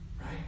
Right